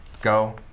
Go